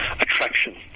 attraction